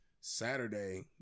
Saturday